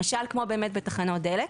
למשל: בתחנות דלק.